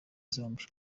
zombi